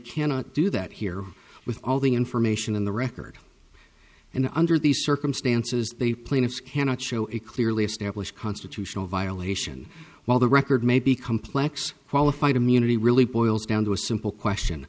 cannot do that here with all the information in the record and under these circumstances the plaintiffs cannot show a clearly established constitutional violation while the record may be complex qualified immunity really boils down to a simple question